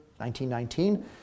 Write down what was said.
1919